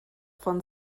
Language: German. von